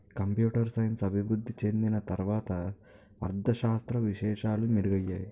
computer science అభివృద్ధి చెందిన తర్వాత అర్ధ శాస్త్ర విశేషాలు మెరుగయ్యాయి